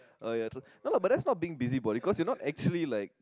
oh ya truth no but then that's no being busybody cause you know actually like